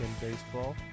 baseball